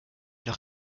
noch